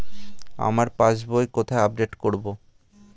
আমার পাস বই কোথায় আপডেট করব?